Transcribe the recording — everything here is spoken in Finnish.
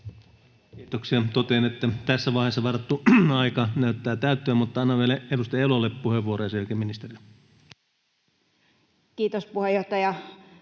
Kiitoksia. — Totean, että tässä vaiheessa varattu aika näyttää täyttyvän, mutta annan vielä edustaja Elolle puheenvuoron ja sen